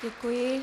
Děkuji.